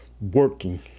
working